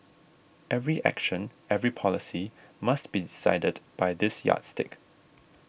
every action every policy must be decided by this yardstick